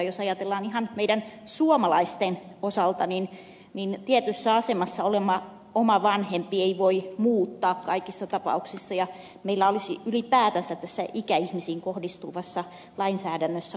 jos ajatellaan ihan meidän suomalaisten osalta niin tietyssä asemassa oleva oma vanhempi ei voi muuttaa kaikissa tapauksissa ja meillä olisi ylipäätänsä tässä ikäihmisiin kohdistuvassa lainsäädännössä korjattavaa